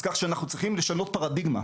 אז כך שאנחנו צריכים לשנות פרדיגמה.